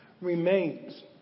remains